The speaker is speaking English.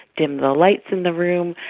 dim the lights in the room,